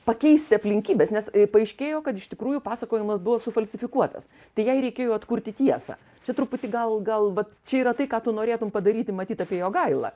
pakeisti aplinkybes nes paaiškėjo kad iš tikrųjų pasakojimas buvo sufalsifikuotas tai jai reikėjo atkurti tiesą čia truputį gal gal vat čia yra tai ką tu norėtum padaryti matyt apie jogailą